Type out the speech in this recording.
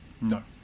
No